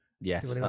Yes